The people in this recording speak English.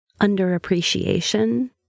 underappreciation